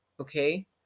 Okay